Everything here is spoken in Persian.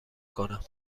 کنم